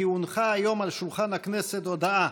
שולחן הכנסת הודעה